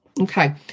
Okay